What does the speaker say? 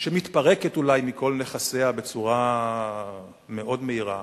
שמתפרקת אולי מכל נכסיה בצורה מאוד מהירה,